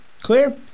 Clear